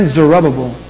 Zerubbabel